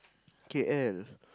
K_L